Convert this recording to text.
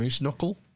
knuckle